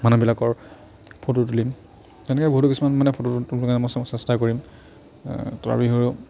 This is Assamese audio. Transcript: মানুহবিলাকৰ ফটো তুলিম তেনেকৈ বহুতো কিছুমান মানে ফটো তুলিবৰ কাৰণে মই চেষ্টা কৰিম তাৰ বাহিৰেও